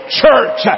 church